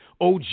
OG